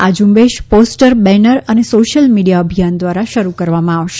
આ ઝુંબેશ poster banner અને સોશિયલ મીડિયા અભિયાન દ્વારા શરૃ કરવામાં આવશે